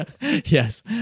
yes